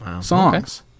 songs